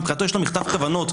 מבחינתו יש לו מכתב כוונות,